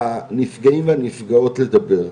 לנפגעים והנפגעות לדבר.